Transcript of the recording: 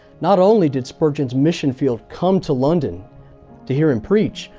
not only did spurgeon's mission field come to london to hear him preach,